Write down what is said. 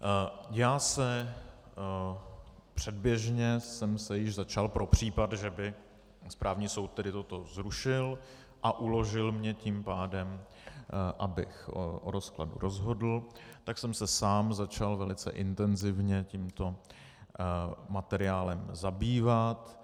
Já jsem se předběžně již začal pro případ, že by správní soud toto zrušil a uložil mně tím pádem, abych o rozkladu rozhodl, tak jsem se sám začal velice intenzivně tímto materiálem zabývat.